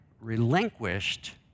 relinquished